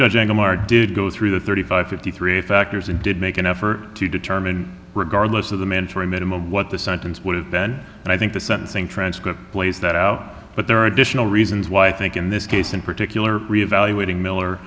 judging them are did go through the thirty five fifty three factors and did make an effort to determine regardless of the mandatory minimum what the sentence would have been and i think the sentencing transcript plays that out but there are additional reasons why i think in this case in particular reevaluating miller